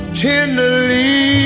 tenderly